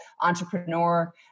entrepreneur